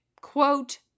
quote